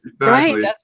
right